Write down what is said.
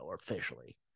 officially